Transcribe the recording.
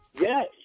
Yes